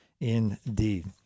indeed